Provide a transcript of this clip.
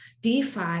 DeFi